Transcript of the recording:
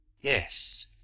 Yes